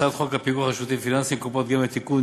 הצעות חוק הפיקוח על שירותים פיננסיים (קופות גמל) (תיקון,